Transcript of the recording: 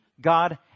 God